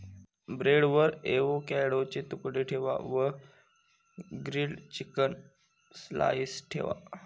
ब्रेडवर एवोकॅडोचे तुकडे ठेवा वर ग्रील्ड चिकन स्लाइस ठेवा